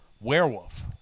werewolf